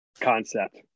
concept